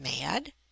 mad